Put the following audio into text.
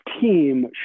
team